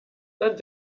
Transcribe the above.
dann